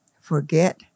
forget